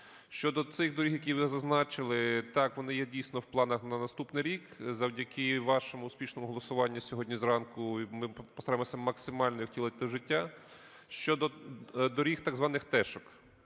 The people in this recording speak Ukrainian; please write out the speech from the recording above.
Щодо цих доріг, які ви зазначили, так, вони є дійсно в планах на наступний рік. Завдяки вашому успішному голосуванню сьогодні зранку, ми постараємося максимально їх втілити в життя. Щодо доріг, так званих "тешок".